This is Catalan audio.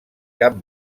cap